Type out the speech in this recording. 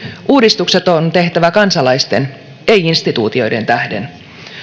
uudistukset on tehtävä kansalaisten ei instituutioiden tähden